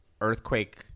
earthquake